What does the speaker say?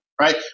right